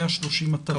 130 אתרים,